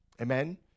Amen